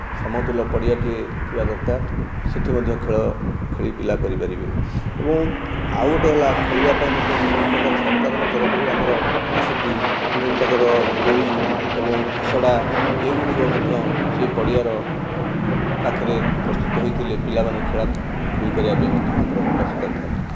ସମତୁଲ ପଡ଼ିଆ ଟିଏ ଥିବା ଦରକାର ସେଇଠି ମଧ୍ୟ ଖେଳାଖେଳି ପିଲା କରିପାରିବେ ଏବଂ ଆଉ ଗୋଟିଏ ହେଲା ଖେଳିବା ପାଇଁ ମଧ୍ୟ ବିଭିନ୍ନ ପ୍ରକାର ହେଲା ସରକାରଙ୍କ ତରଫରୁ ଆମର ଆସୁଛି ବିଭିନ୍ନ ପ୍ରକାର ଦୋଳି ଏବଂ ଖସଡ଼ା ଏଇ ଗୁଡ଼ିକ ମଧ୍ୟ ସେ ପଡ଼ିଆର ପାଖରେ ପ୍ରସ୍ତୁତ ହୋଇଥିଲେ ମଧ୍ୟ ପିଲାମାନେ ଖେଳା ଖେଳି କରିବାକୁ ମଧ୍ୟ ଆଗ୍ରହୀ ପ୍ରକାଶ କରିଥାନ୍ତି